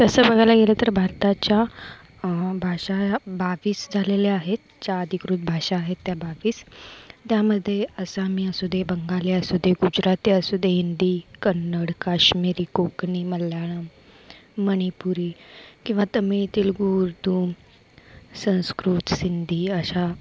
तसं बघायला गेलं तर भारताच्या भाषा ह्या बावीस झालेल्या आहेत ज्या अधिकृत भाषा आहेत त्या बावीस त्यामध्ये आसामी असू दे बंगाली असू दे गुजराती असू दे हिंदी कन्नड काश्मीरी कोकणी मल्याळम मणिपुरी किंवा तमीळ तेलगू उर्दू संस्कृत सिंधी अशा